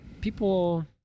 people